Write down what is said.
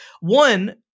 one